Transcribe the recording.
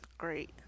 great